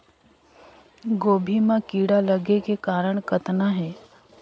गोभी म कीड़ा लगे के कारण कतना हे?